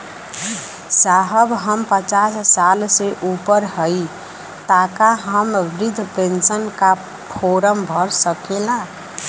साहब हम पचास साल से ऊपर हई ताका हम बृध पेंसन का फोरम भर सकेला?